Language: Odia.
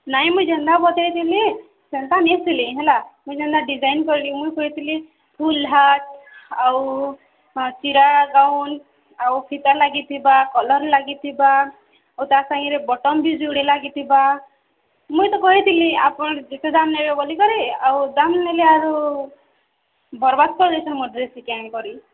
ନାହିଁ ମୁଇଁ ଯେନ୍ତା ବତେଇଥିଲି ସେନ୍ତା ନି ସିଲେଇ ହେଲା ମୁଇଁ ଯେନ୍ତା ଡିଜାଇନ୍ କରି ମୁଇଁ କହିଥିଲି ଫୁଲ୍ ହାତ୍ ଆଉ ଚିରା ଗାଉନ୍ ଆଉ ଫିତା ଲାଗିଥିବା କଲର୍ ଲାଗିଥିବା ଆଉ ତା ସାଙ୍ଗରେ ବଟନ୍ ବି ଯୁଡ଼େ ଲାଗିଥିବା ମୁଇଁ ତ କହିଥିଲି ଆପଣ୍ ଯେତେ ଦାମ୍ ନେବେ ବୋଲିକରି ଆଉ ଦାମ୍ ନେଲେ ଆରୁ ବର୍ବାଦ୍ କରିଦେଇଛନ୍ ମୋର୍ ଡ୍ରେସ୍କେ କେଁ କରି